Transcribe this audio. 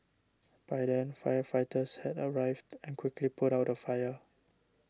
by then firefighters had arrived and quickly put out the fire